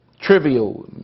trivial